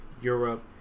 Europe